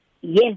yes